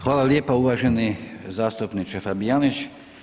Hvala lijepa uvaženi zastupniče Fabijanić.